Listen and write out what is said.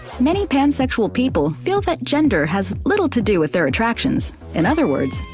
many pansexual people feel that gender has little to do with their attractions. in other words,